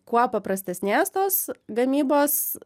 kuo paprastesnės tos gamybos